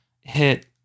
hit